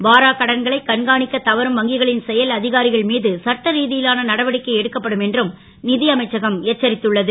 வாராக் கடன்களை கண்காணிக்கத் தவறும் வங்கிகளின் செயல் அ காரிகள் மீது சட்ட ரீ லான நடவடிக்கை எடுக்கப்படும் என்றும் அமைச்சகம் எச்சரித்துள்ளது